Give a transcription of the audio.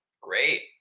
Great